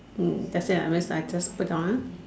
mm that's it I'm just I just put it on